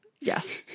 Yes